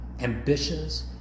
ambitious